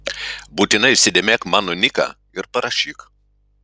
būtinai įsidėmėk mano niką ir parašyk